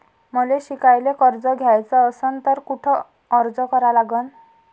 मले शिकायले कर्ज घ्याच असन तर कुठ अर्ज करा लागन?